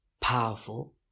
powerful